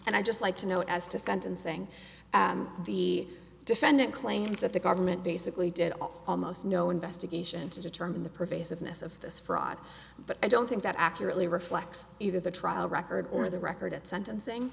and i just like to know as to sentencing the defendant claims that the government basically did almost no investigation to determine the pervasiveness of this fraud but i don't think that accurately reflects either the trial record or the record at sentencing